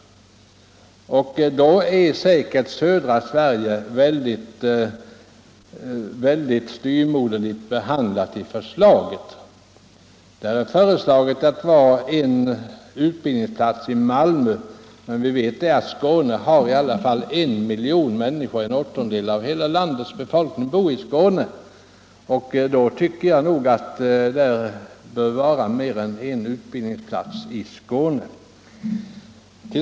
I det avseendet är södra Sverige väldigt styvmoderligt behandlat i förslaget, som upptar en utbildningsplats i Malmö. Vi vet att Skåne i alla fall har en miljon invånare - en åttondel av hela landets befolkning bor alltså i Skåne. Då tycker jag nog att det bör vara mer än en utbildningsplats i Skåne.